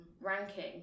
ranking